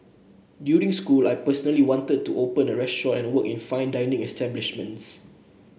during school I personally wanted to open a restaurant and work in fine dining establishments